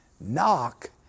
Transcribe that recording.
Knock